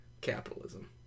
capitalism